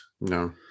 No